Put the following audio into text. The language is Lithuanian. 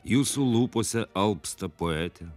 jūsų lūpose alpsta poetė